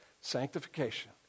Sanctification